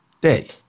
day